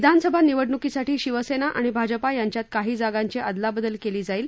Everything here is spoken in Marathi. विधानसभा निवडणुकीसाठी शिवसेना आणि भाजपा यांच्यात काही जागांची अदलाबदल केली जाईल